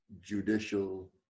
judicial